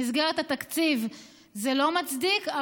במסגרת התקציב זה לא מצדיק,